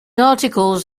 articles